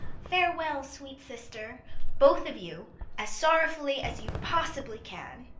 farewell, sweet sister both of you as sorrowfully as you possibly can.